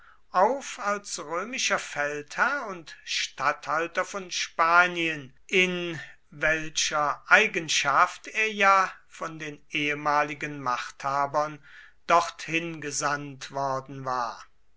auf als römischer feldherr und statthalter von spanien in welcher eigenschaft er ja von den ehemaligen machthabern dorthin gesandt worden war